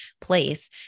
place